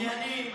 עניינים,